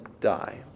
die